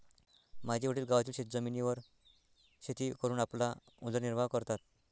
माझे वडील गावातील शेतजमिनीवर शेती करून आपला उदरनिर्वाह करतात